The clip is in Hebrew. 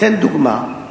אתן דוגמה,